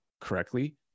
correctly